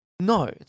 No